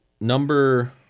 number